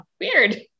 Weird